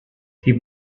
die